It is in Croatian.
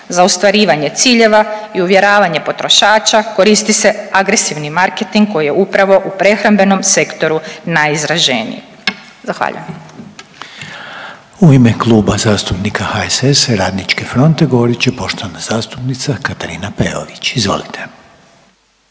Za ostvarivanje ciljeva i uvjeravanja potrošača, koristi se agresivni marketing koji je upravo u prehrambenom sektoru najizraženiji. Zahvaljujem. **Reiner, Željko (HDZ)** U ime Kluba zastupnika HSS-a i Radničke fronte govorit će poštovana zastupnica Katarina Peović, izvolite.